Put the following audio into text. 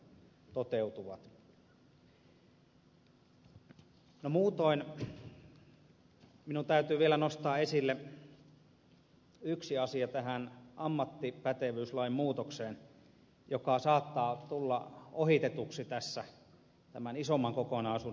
muutoin minun täytyy vielä nostaa esille tähän ammattipätevyyslain muutokseen liittyen yksi asia joka saattaa tulla ohitetuksi tämän isomman kokonaisuuden alla vaivihkaa